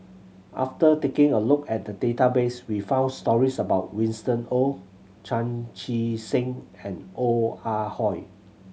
after taking a look at the database we found stories about Winston Oh Chan Chee Seng and Ong Ah Hoi